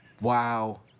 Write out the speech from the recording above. Wow